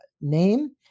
name